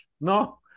no